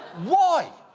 why?